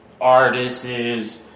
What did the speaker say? artists